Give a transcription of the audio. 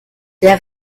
der